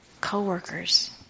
co-workers